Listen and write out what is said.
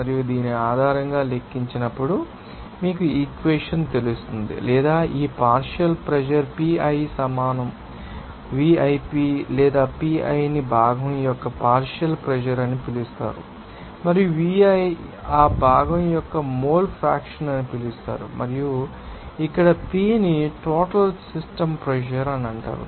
మరియు దీని ఆధారంగా లెక్కించినప్పుడు మీకు ఈక్వెషన్ తెలుసు లేదా ఈ పార్షియల్ ప్రెషర్ Pi సమాన YiP లేదా Pi ని భాగం యొక్క పార్షియల్ ప్రెషర్ అని పిలుస్తారు మరియు Yi ని ఆ భాగం యొక్క మోల్ ఫ్రాక్షన్ అని పిలుస్తారు మరియు ఇక్కడ P ని టోటల్ సిస్టమ్ ప్రెజర్ అంటారు